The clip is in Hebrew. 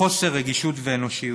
חוסר רגישות ואנושיות.